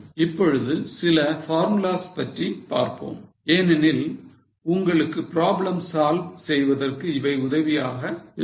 இப்பொழுது சில formulas பற்றி பார்ப்போம் ஏனெனில் உங்களுக்கு பிராப்ளம் சால்வ் செய்வதற்கு இவை உதவியாக இருக்கும்